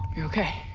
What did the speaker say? okay.